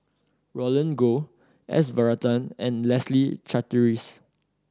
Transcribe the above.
Roland Goh S Varathan and Leslie Charteris